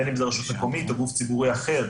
בין אם זה רשות מקומית או גוף ציבורי אחר,